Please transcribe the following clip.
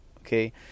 okay